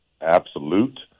absolute